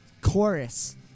Chorus